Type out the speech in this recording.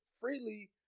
freely